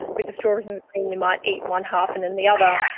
with the strawberries and cream you might eat one half and then the other,